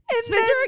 Spencer